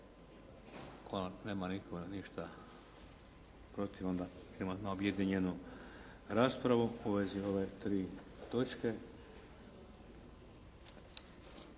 Ako nema nitko ništa protiv, onda idemo na objedinjenu raspravu u vezi ove tri točke.